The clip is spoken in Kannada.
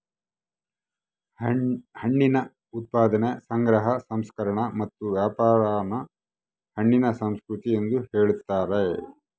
ಹಣ್ಣಿನ ಉತ್ಪಾದನೆ ಸಂಗ್ರಹ ಸಂಸ್ಕರಣೆ ಮತ್ತು ವ್ಯಾಪಾರಾನ ಹಣ್ಣಿನ ಸಂಸ್ಕೃತಿ ಎಂದು ಕರೀತಾರ